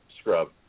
scrub